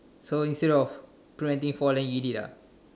so instead of throwing anything fall then eat it ah